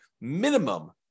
minimum